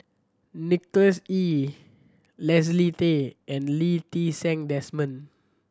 Nicholas Ee Leslie Tay and Lee Ti Seng Desmond